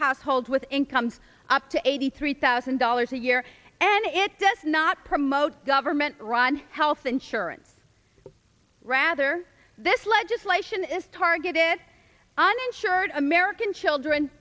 households with incomes up to eighty three thousand dollars a year and it does not promote verman run health insurance rather this legislation is targeted uninsured american children